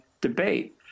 debate